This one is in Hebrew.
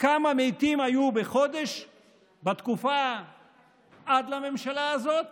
כמה מתים היו בחודש בתקופה עד לממשלה הזאת